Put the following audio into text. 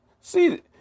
See